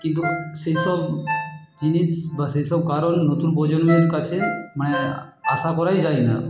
কিন্তু সেই সব জিনিস বা সেই সব কারণ নতুন প্রজন্মের কাছে মানে আশা করাই যায় না